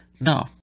no